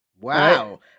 Wow